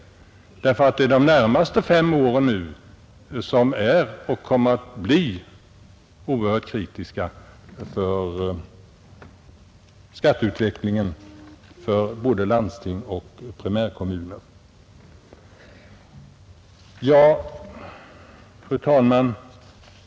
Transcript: Det är de närmaste fem åren som kommer att bli oerhört kritiska för skatteutvecklingen för både landsting och primärkommuner. Fru talman!